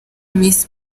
miss